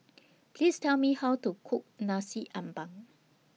Please Tell Me How to Cook Nasi Ambeng